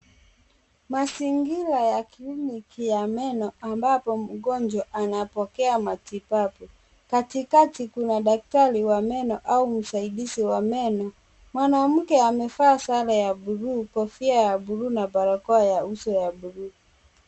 Mazingira ya kliniki ya meno ambapo mgonjwa anapokea matibabu katikati kuna daktari wa meno au msaidizi wa meno. Mwanamke amevaa sare ya buluu, kofia ya buluu na barakoa ya uso ya buluu.